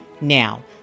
Now